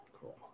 cool